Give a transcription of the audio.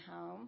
home